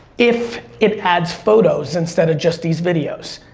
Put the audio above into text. if it adds photos instead of just these videos.